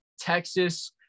Texas